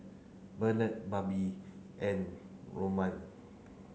Bernard Babe and Romeo